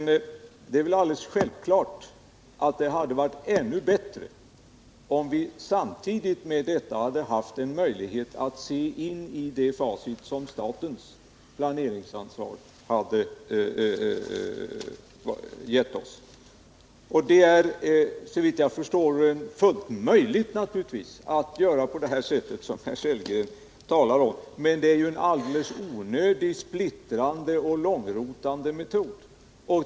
Men det är väl alldeles självklart att det hade varit ännu bättre om vi samtidigt hade haft en möjlighet att se i det facit som statens planeringsansvar gett oss. Det är, såvitt jag förstår, fullt möjligt att göra på sätt som Rolf Sellgren förespråkar, men det är en alldeles onödig, splittrande och långrotande metod.